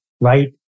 Right